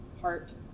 heart